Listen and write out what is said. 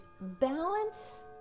balance